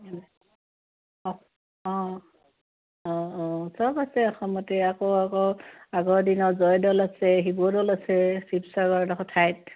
অঁ অঁ অঁ অঁ সব আছে অসমতে আকৌ আকৌ আগৰ দিনৰ জয়দৌল আছে শিৱদৌল আছে শিৱসাগৰ এডোখৰ ঠাইত